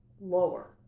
lower